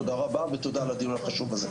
תודה רבה, ותודה על הדיון החשוב הזה.